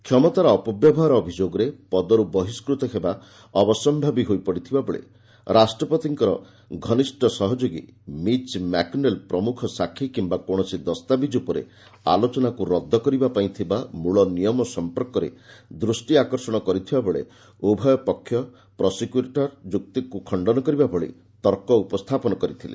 କ୍ଷମତାର ଅପବ୍ୟବହାର ଅଭିଯୋଗରେ ପଦରୁ ବହିଷ୍କତ ହେବା ଅବଶ୍ୟମ୍ଭାବୀ ହୋଇପଡ଼ିଥିବାବେଳେ ରାଷ୍ଟ୍ରପତି ଟ୍ରମ୍ଫ୍ଙ୍କର ଘନିଷ୍ଠ ସହଯୋଗୀ ମିଚ୍ ମ୍ୟାକୋନେଲ୍ ପ୍ରମୁଖ ସାକ୍ଷୀ କିମ୍ବା କୌଣସି ଦସ୍ତାବିଜ୍ ଉପରେ ଆଲୋଚନାକୁ ରଦ୍ଦ କରିବାପାଇଁ ଥିବା ମୂଳ ନିୟମ ସମ୍ପର୍କରେ ଦୃଷ୍ଟି ଆକର୍ଷଣ କରିଥିବାବେଳେ ଉଭୟ ପକ୍ଷ ପ୍ରୋସେକ୍ୟୁଟର୍ଙ୍କ ଯୁକ୍ତିକୁ ଖଶ୍ତନ କରିବା ଭଳି ତର୍କ ଉପସ୍ଥାପନ କରିଥିଲେ